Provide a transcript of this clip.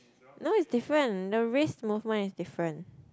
no is different the wrist movement is different